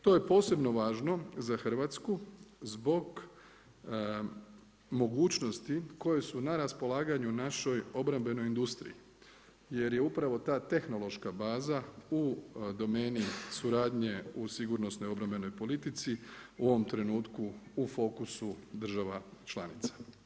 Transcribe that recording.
To je posebno važno za Hrvatsku, zbog mogućnosti koje su na raspolaganju našoj obrambenoj industriji, jer je upravo ta tehnološka baza u domeni suradnji u sigurnosnoj obrambenoj politici u ovom trenutku u fokusu država članica.